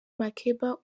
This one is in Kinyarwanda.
makeba